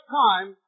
time